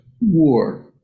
war